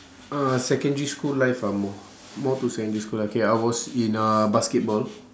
uh secondary school life ah more more to secondary school lah K I was in uh basketball